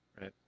right